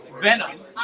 Venom